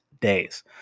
days